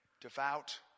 devout